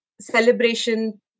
celebration